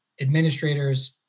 administrators